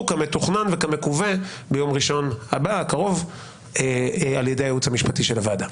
כמתוכנן וכמקווה ביום ראשון הקרוב על ידי הייעוץ המשפטי של הוועדה.